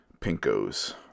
pinkos